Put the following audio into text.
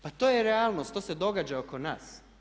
Pa to je realnost, to se događa oko nas.